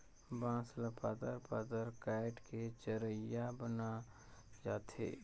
बांस ल पातर पातर काएट के चरहिया बनाल जाथे